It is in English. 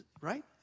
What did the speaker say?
Right